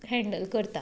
handle करता